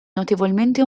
notevolmente